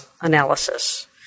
analysis